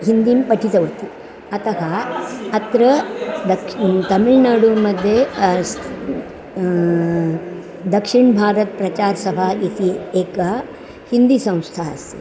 हिन्दीं पठितवती अतः अत्र दक्षिणः तमिळ्नाडुमद्ये दक्षिणभारतप्रचारसभा इति एका हिन्दीसंस्था आसीत्